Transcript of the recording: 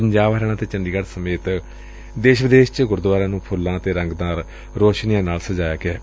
ਪੰਜਾਬ ਹਰਿਆਣਾ ਅਤੇ ਚੰਡੀਗੜ ਸਮੇਤ ਦੇਸ਼ ਵਿਦੇਸ਼ ਚ ਗੁਰਦੁਆਰਿਆਂ ਨੂੰ ਫੁੱਲਾਂ ਅਤੇ ਰੰਗਦਾਰ ਰੌਸ਼ਨੀਆਂ ਨਾਲ ਸਜਾਇਆ ਹੋਇਐ